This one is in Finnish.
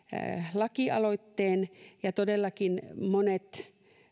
lakialoitteen ja todellakin monet